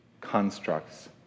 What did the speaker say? constructs